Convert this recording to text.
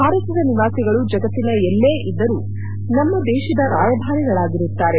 ಭಾರತದ ನಿವಾಸಿಗಳು ಜಗತ್ತಿನ ಎಲ್ಲೆ ಇದ್ದರೂ ನಮ್ಮ ದೇಶದ ರಾಯಭಾರಿಗಳಾಗಿರುತ್ತಾರೆ